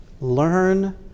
learn